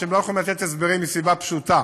שהם לא יכולים לתת הסברים מסיבה פשוטה: